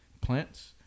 plants